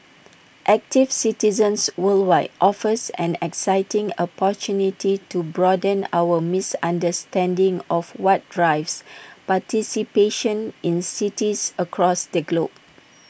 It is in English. active Citizens Worldwide offers an exciting opportunity to broaden our misunderstanding of what drives participation in cities across the globe